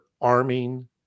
arming